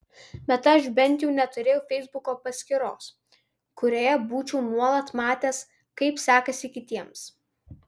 bet aš bent jau neturėjau feisbuko paskyros kurioje būčiau nuolat matęs kaip sekasi kitiems